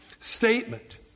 statement